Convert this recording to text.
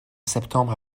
septembre